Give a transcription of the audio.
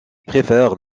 préfère